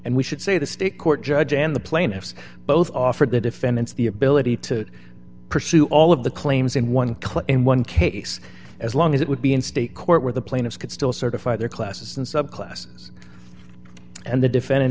and we should say the state court judge and the plaintiffs both offered the defendants the ability to pursue all of the claims in one click in one case as long as it would be in state court where the plaintiffs could still certify their classes and subclasses and the defend